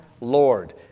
Lord